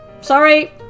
Sorry